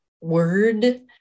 word